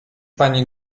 pani